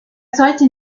sollte